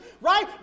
Right